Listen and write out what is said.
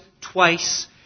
twice